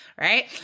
right